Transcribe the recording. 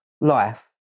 life